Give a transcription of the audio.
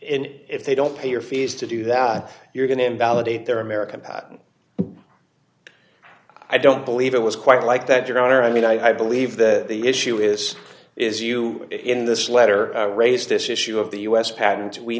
and if they don't pay your fees to do that you're going to invalidate their american patent i don't believe it was quite like that your honor i mean i believe that the issue is is you in this letter raised this issue of the u s patent we